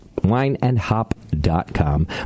wineandhop.com